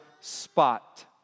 spot